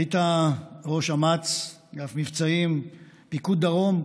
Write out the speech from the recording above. היית ראש אמ"ץ, אגף מבצעים, פיקוד דרום.